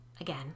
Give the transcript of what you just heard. Again